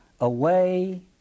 Away